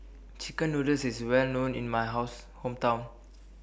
Chicken Noodles IS Well known in My House Hometown